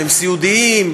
שהם סיעודיים,